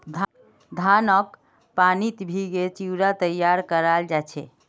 धानक पानीत भिगे चिवड़ा तैयार कराल जा छे